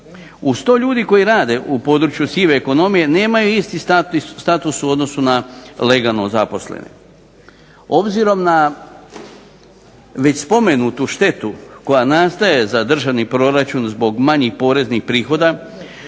Uz to ljudi koji rade u području sive ekonomije nemaju isti status u odnosu na legalno zaposlene. Obzirom na već spomenutu štetu koja nastaje za državni proračun zbog manjih poreznih prihoda